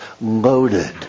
loaded